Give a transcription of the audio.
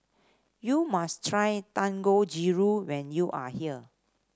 you must try Dangojiru when you are here